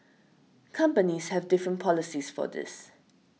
companies have different policies for this